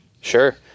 Sure